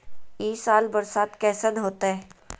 ई साल बरसात कैसन होतय?